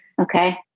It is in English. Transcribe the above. Okay